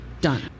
Done